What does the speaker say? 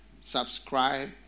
subscribe